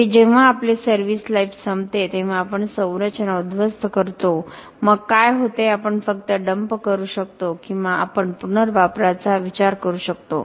शेवटी जेव्हा आपले सर्विस लाईफ संपते तेव्हा आपण संरचना उद्ध्वस्त करतो मग काय होते आपण फक्त डंप करू शकतो किंवा आपण पुनर्वापराचा विचार करू शकतो